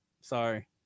Sorry